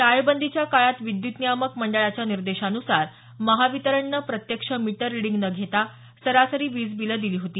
टाळेबंदीच्या काळात विद्युत नियामक मंडळाच्या निर्देशान्सार महावितरणनं प्रत्यक्ष मिटर रिडींग न घेता सरासरी विज बिलं दिली होती